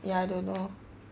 ya I don't know